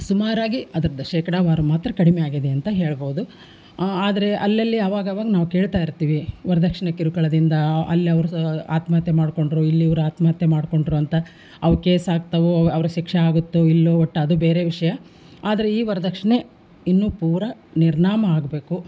ಸುಮಾರಾಗಿ ಅದ್ರದ್ದು ಶೇಕಡಾವಾರು ಮಾತ್ರ ಕಡಿಮೆ ಆಗಿದೆ ಅಂತ ಹೇಳ್ಬೋದು ಆದರೆ ಅಲ್ಲಲ್ಲಿ ಆವಾಗಾವಾಗ ನಾವು ಕೇಳ್ತಾ ಇರ್ತೀವಿ ವರದಕ್ಷ್ಣೆ ಕಿರುಕುಳದಿಂದ ಅಲ್ಲಿ ಅವರು ಸ್ ಆತ್ಮಹತ್ಯೆ ಮಾಡ್ಕೊಂಡರು ಇಲ್ಲಿ ಇವ್ರು ಆತ್ಮಹತ್ಯೆ ಮಾಡ್ಕೊಂಡರು ಅಂತ ಅವು ಕೇಸ್ ಆಗ್ತವೋ ಅವ್ರ್ಗೆ ಶಿಕ್ಷೆ ಆಗುತ್ತೋ ಇಲ್ವೋ ಒಟ್ಟು ಅದು ಬೇರೆ ವಿಷಯ ಆದರೆ ಈ ವರದಕ್ಷ್ಣೆ ಇನ್ನೂ ಪೂರ ನಿರ್ನಾಮ ಆಗಬೇಕು